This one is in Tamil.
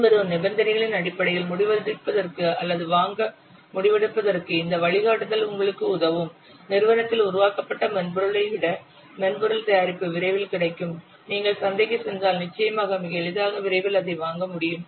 பின்வரும் நிபந்தனைகளின் அடிப்படையில் முடிவெடுப்பதற்கு அல்லது வாங்க முடிவெடுப்பதற்கு இந்த வழிகாட்டுதல்கள் உங்களுக்கு உதவும் நிறுவனத்தில் உருவாக்கப்பட்ட மென்பொருளை விட மென்பொருள் தயாரிப்பு விரைவில் கிடைக்கும் நீங்கள் சந்தைக்குச் சென்றால் நிச்சயமாக மிக எளிதாக விரைவில் அதை வாங்க முடியும்